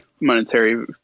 monetary